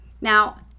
Now